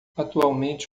atualmente